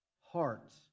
Hearts